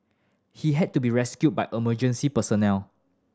he had to be rescued by emergency personnel